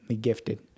gifted